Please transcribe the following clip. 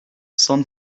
cent